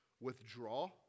withdraw